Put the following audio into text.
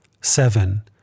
seven